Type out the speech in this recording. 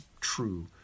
true